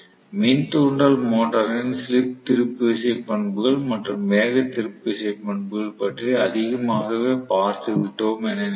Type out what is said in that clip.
மின் தூண்டல் மோட்டரின் ஸ்லிப் திருப்பு விசை பண்புகள் மற்றும் வேக திருப்பு விசை பண்புகள் பற்றி அதிகமாகவே பார்த்து விட்டோம் என நினைக்கிறேன்